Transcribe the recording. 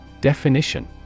Definition